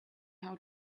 how